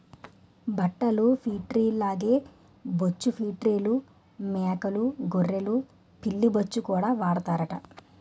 బట్టల ఫేట్రీల్లాగే బొచ్చు ఫేట్రీల్లో మేకలూ గొర్రెలు పిల్లి బొచ్చుకూడా వాడతారట